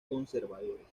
conservadores